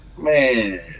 man